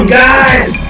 guys